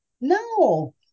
no